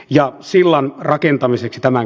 ja sillan rakentamiseksi tämän